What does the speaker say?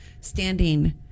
standing